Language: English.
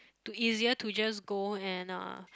to easier to just go and uh